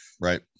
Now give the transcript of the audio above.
Right